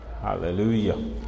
Hallelujah